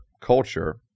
culture